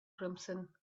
crimson